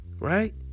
Right